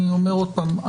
אני אומר עוד פעם,